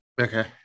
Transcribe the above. Okay